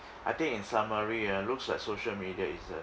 I think in summary ah looks like social media is a